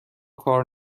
کار